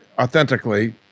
authentically